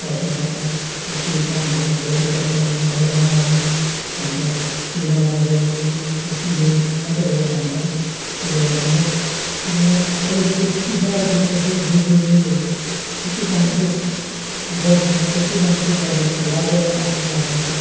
बस्नुपर्छ अब त्यो काम हुँदैन भोलि पर्सी आउनु फलना जगा आउनु भन्छ त्यो जग्गामा गयो लु यत्तिबेलासम्म मात्रै हो भन्छ त्यसले गर्दामा अब यहाँ खै त्यत्ति साह्रो विक्न चाहिँ जिटिएले त्यति काम चाहिँ गर्नु त गर्छ त्यति काम चाहिँ गरेको जस्तो लाग्दैन अब लाग्नु चाहिँ